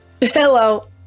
Hello